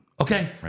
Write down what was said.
Okay